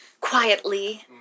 quietly